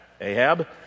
Ahab